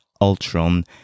Ultron